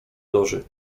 loży